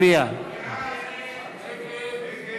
ההסתייגות של קבוצת סיעת